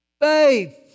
faith